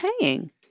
paying